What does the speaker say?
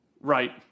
right